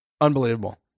Unbelievable